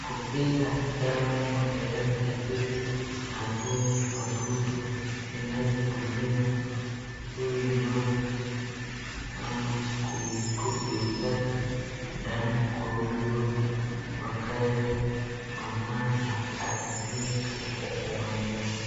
kupiga dawa ng'ombe yake ili atoe wadudu inayotumia huyu ng'ombe ama kuisaka damu kwa huyu ng'ombe wakati wanapoachilia katika uwanjani.